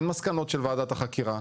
אין מסקנות של ועדת החקירה.